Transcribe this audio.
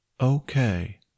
Okay